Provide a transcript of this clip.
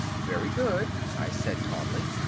very good, i said calmly.